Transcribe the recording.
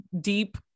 deep